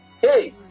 Hey